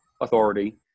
authority